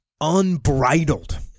unbridled